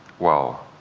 well,